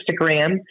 Instagram